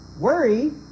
worry